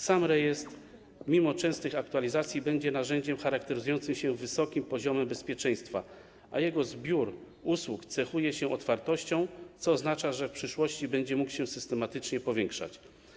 Sam rejestr mimo częstych aktualizacji będzie narzędziem charakteryzującym się wysokim poziomem bezpieczeństwa, a jego zbiór usług cechuje się otwartością, co oznacza, że w przyszłości będzie mógł się systematycznie powiększać.